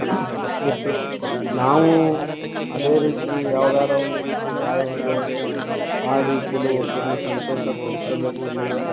ಮತ್ತು ನಾವೂ ಅದೇ ರೀತಿ ಯಾವ್ದಾರು ಒಂದು ರೀತಿ ಗಾಯನಗಳನ್ನು ಹಾಡಿ ಕೆಲವೊಬ್ಬರನ್ನ ಸಂತೋಷಪಡಿಸಬೇಕೆನ್ನುವ